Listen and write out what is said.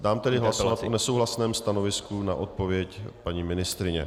Dám tedy hlasovat o nesouhlasném stanovisku na odpověď paní ministryně.